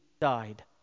died